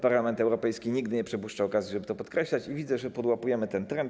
Parlament Europejski nigdy jednak nie przepuszcza okazji, żeby to podkreślać, i widzę, że podłapujemy ten trend.